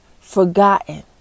forgotten